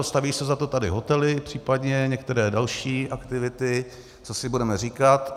Staví se za to tady hotely, případně některé další aktivity, co si budeme říkat.